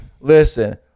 Listen